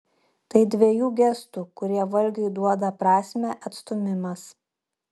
tai dvejų gestų kurie valgiui duoda prasmę atstūmimas